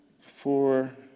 four